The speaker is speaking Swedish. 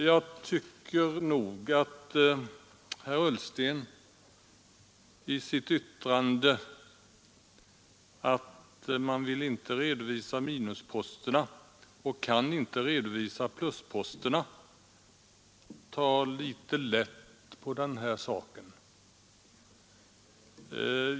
Jag tycker att herr Ullsten med sitt yttrande att man inte vill redovisa minusposterna och inte kan redovisa plusposterna tar litet för lätt på den här saken.